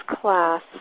class